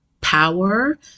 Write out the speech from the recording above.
power